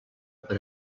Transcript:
per